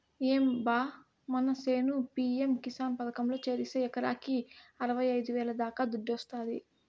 ఏం బా మన చేను పి.యం కిసాన్ పథకంలో చేరిస్తే ఎకరాకి అరవైఐదు వేల దాకా దుడ్డొస్తాది